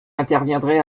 interviendrait